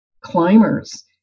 climbers